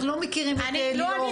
אנחנו לא מכירים את ליאורה,